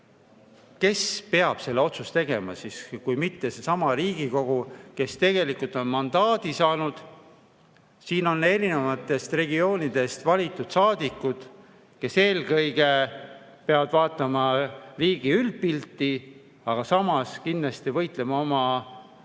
siis peab selle otsuse tegema kui mitte Riigikogu, kes tegelikult on mandaadi saanud? Siin on erinevatest regioonidest valitud saadikud, kes eelkõige peavad vaatama riigi üldpilti, aga samas kindlasti võitlema oma